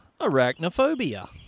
Arachnophobia